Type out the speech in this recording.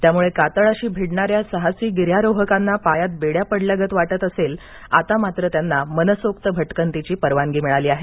त्यामुळे कातळाशी भिडणाऱ्या साहसी गिर्यारोहकांना पायात बेड्या पडल्यागत वाटत असेल आता मात्र त्यांना मनसोक्त भटकंतीची परवानगी मिळाली आहे